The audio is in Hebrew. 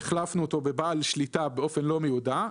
החלפנו אותו בבעל שליטה באופן לא מיודע,